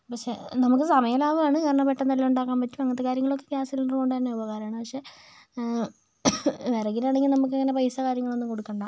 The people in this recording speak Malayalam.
പക്ഷേ നമുക്ക് സമയ ലാഭമാണ് കാരണം പെട്ടെന്നെല്ലാം ഉണ്ടാക്കാൻ പറ്റും അങ്ങനത്തെ കാര്യങ്ങളൊക്കെ ഗ്യാസ് സിലിണ്ടർ കൊണ്ടു തന്നെ ഉപകാരമാണ് പക്ഷെ വിറകിനാണെങ്കിൽ നമുക്ക് അങ്ങന പൈസ കാര്യങ്ങളൊന്നും കൊടുക്കണ്ട